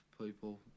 people